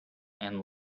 and